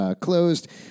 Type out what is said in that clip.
closed